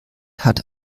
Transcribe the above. hat